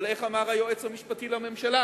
אבל איך אמר היועץ המשפטי לממשלה?